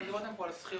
אתם דיברתם פה על שכירות,